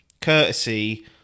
courtesy